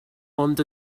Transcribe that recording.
ond